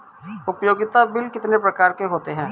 उपयोगिता बिल कितने प्रकार के होते हैं?